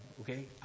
okay